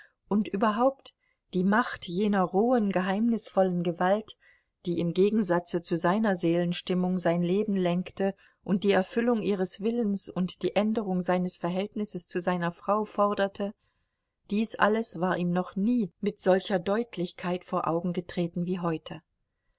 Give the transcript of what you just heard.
und überhaupt die macht jener rohen geheimnisvollen gewalt die im gegensatze zu seiner seelenstimmung sein leben lenkte und die erfüllung ihres willens und die änderung seines verhältnisses zu seiner frau forderte dies alles war ihm noch nie mit solcher deutlichkeit vor augen getreten wie heute